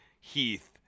Heath